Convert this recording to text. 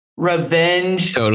revenge